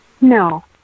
No